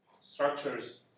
structures